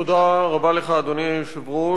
תודה רבה לך, אדוני היושב-ראש.